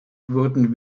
wurden